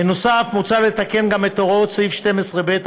בנוסף, מוצע לתקן גם את הוראות סעיף 12ב(א)